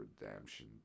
Redemption